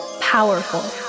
powerful